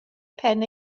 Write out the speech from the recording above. pen